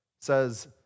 says